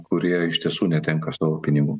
kurie iš tiesų netenka savo pinigų